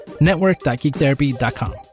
network.geektherapy.com